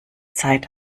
zeit